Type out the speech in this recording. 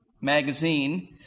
magazine